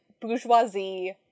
bourgeoisie